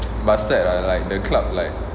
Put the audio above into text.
but sad lah like the club like